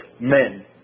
men